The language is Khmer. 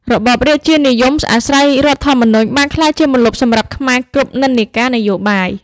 របបរាជានិយមអាស្រ័យរដ្ឋធម្មនុញ្ញបានក្លាយជាម្លប់សម្រាប់ខ្មែរគ្រប់និន្នាការនយោបាយ។